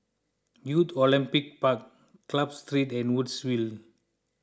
Youth Olympic Park Club Street and Woodsville